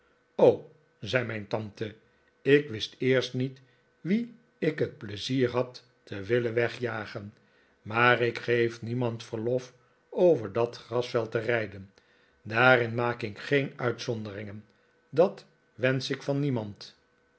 zei mijn tante ik wist eerst niet wie ik het pleizier had te willen wegjagen maar ik geef niemand verlof over dat grasveld te rijden daarin maak ik geen uitzonderingen dat wensch ik van niemand